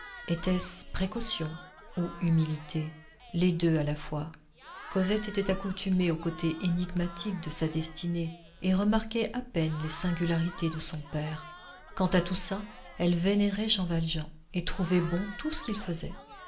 était-ce précaution ou humilité les deux à la fois cosette était accoutumée au côté énigmatique de sa destinée et remarquait à peine les singularités de son père quant à toussaint elle vénérait jean valjean et trouvait bon tout ce qu'il faisait